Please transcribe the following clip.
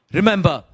Remember